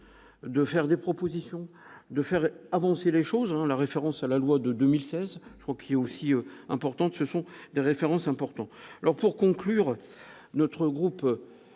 de faire des propositions de faire avancer les choses, la référence à la loi de 2016, je crois qu'il est aussi importante, ce sont des références important alors pour conclure notre groupe